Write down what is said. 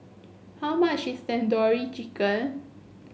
how much is Tandoori Chicken